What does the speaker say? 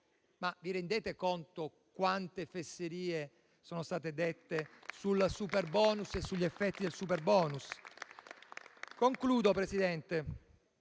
Ma vi rendete conto di quante fesserie sono state dette sul superbonus e sugli effetti del superbonus?